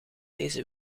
deze